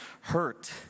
hurt